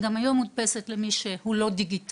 וגם היום ניתן לקבל אותה מודפסת למי שלא דיגיטלי.